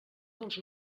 dels